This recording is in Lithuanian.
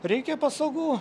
reikia pasagų